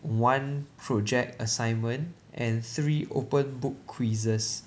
one project assignment and three open book quizzes